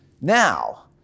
Now